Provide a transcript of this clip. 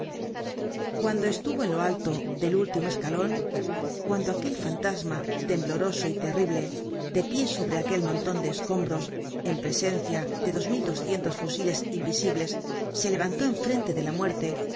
cuando estuvo en lo alto del último escalon cuando aquel fantasma tembloroso y terrible de pie sobre aquel monton de escombros en presencia de mil doscientos fusiles invisibles se levantó enfrente de la muerte